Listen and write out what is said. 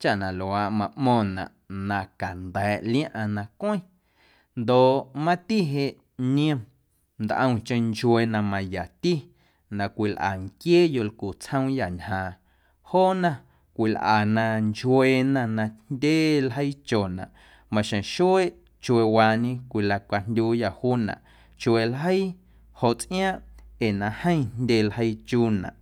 chaꞌ na luaaꞌ maꞌmo̱ⁿnaꞌ na canda̱a̱ꞌ liaⁿꞌaⁿ na cweⁿ ndoꞌ mati jeꞌ niom ntꞌomcheⁿ nchuee na mayati na cwilꞌa nquiee yolcu tsjoomyâ ñjaaⁿ joona cwilꞌana nchueena na jndye ljeii chonaꞌ maxjeⁿ xueeꞌ chueewaañe cwilacajndyuuyâ juunaꞌ chuee ljeii joꞌ tsꞌiaaⁿꞌ ee na jeeⁿ jndye ljeii chuunaꞌ.